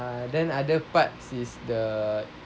then other parts is the